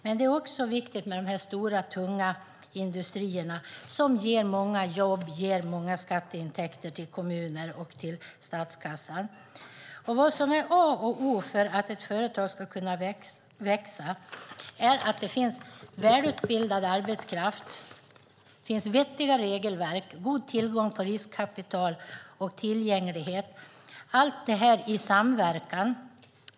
Men det är också viktigt med de stora tunga industrierna som ger många jobb och stora skatteintäkter till kommuner och till statskassan. Vad som är A och O för att ett företag ska kunna växa är att det finns välutbildad arbetskraft, vettiga regelverk, god tillgång till riskkapital, tillgänglighet - allt detta i samverkan.